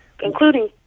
including